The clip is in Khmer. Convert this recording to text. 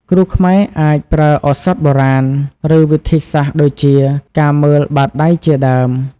គ្រូខ្មែរអាចប្រើឱសថបុរាណ ឬវិធីសាស្ត្រដូចជា ការមើលបាតដៃជាដើម។